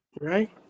right